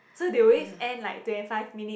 so they always end like twenty five minute